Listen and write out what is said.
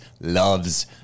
loves